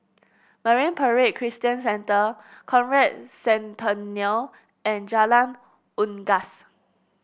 Marine Parade Christian Centre Conrad Centennial and Jalan Unggas